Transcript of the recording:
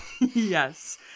Yes